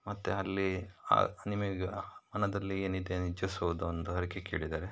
ಮತ್ತು ಅಲ್ಲಿ ನಿಮಗೆ ಮನದಲ್ಲಿ ಏನಿದೆ ಇಚ್ಛಿಸೋದು ಒಂದು ಹರಕೆ ಕೇಳಿದರೆ